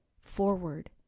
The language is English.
forward